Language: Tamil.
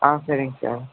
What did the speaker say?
ஆ சரிங்க சார்